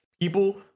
people